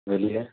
بولیے